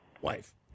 wife